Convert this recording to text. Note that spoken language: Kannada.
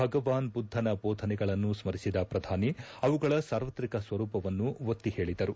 ಭಗವಾನ್ ಬುದ್ದನ ಬೋಧನೆಗಳನ್ನು ಸ್ಲರಿಸಿದ ಪ್ರಧಾನಿ ಅವುಗಳ ಸಾರ್ವತ್ರಿಕ ಸ್ವರೂಪವನ್ನು ಒತ್ತಿ ಹೇಳದರು